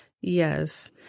Yes